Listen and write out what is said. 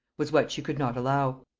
was what she could not allow.